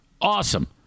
awesome